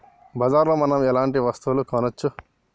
బజార్ లో మనం ఎలాంటి వస్తువులు కొనచ్చు?